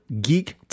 GEEK